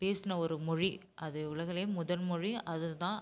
பேசின ஒரு மொழி அது உலகிலயே முதன் மொழி அது தான்